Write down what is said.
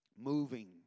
moving